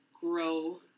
grow